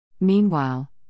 Meanwhile